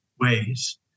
ways